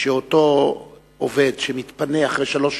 שאותו עובד שמתפנה אחרי שלוש שנים,